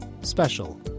Special